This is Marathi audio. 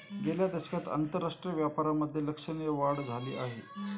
गेल्या दशकात आंतरराष्ट्रीय व्यापारामधे लक्षणीय वाढ झाली आहे